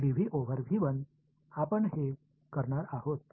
எனவே அதை கொள்ளளவின் மேல் ஒருங்கிணைப்போம்